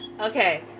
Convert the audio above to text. Okay